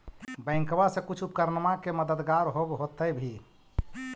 बैंकबा से कुछ उपकरणमा के मददगार होब होतै भी?